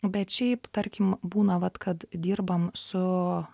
bet šiaip tarkim būna vat kad dirbam su